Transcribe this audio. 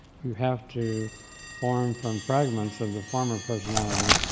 you have to form from fragments of the former personality,